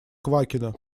квакина